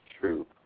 True